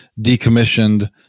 decommissioned